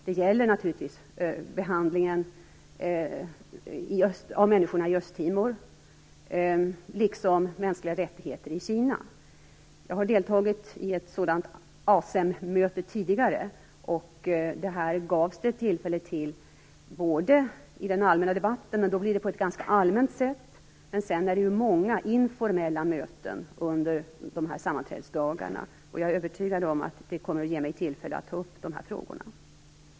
Det gäller naturligtvis behandlingen av människorna i Östtimor, liksom mänskliga rättigheter i Kina. Jag har deltagit i ett sådant ASEM-möte tidigare. Det här gavs det tillfälle till både i den allmänna debatten - då är det ganska allmänt - och vid många informella möten under sammanträdesdagarna. Jag är övertygad om att jag kommer att få tillfälle att ta upp dessa frågor.